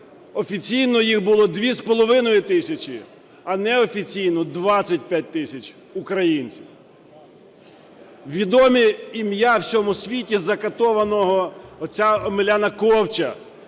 офіційно їх було 2,5 тисячі, а неофіційно – 25 тисяч українців. Відомі ім'я в усьому світі закатованого отця Омеляна Ковча,